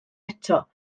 eto